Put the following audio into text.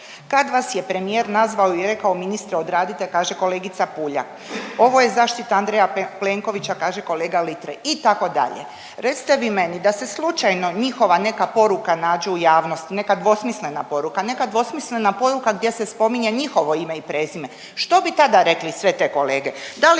Kad vas je premijer nazvao i rekao ministre odradite, kaže kolegica Puljak. Ovo je zaštita Plenkovića, kaže kolega Litre, itd.. Recite vi meni, da se slučajno njihova neka poruka nađe u javnosti, neka dvosmislena poruka, neka dvosmislena poruka gdje se spominje njihovo ime i prezime, što bi tada rekli sve te kolege,